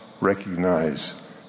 recognize